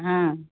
हँ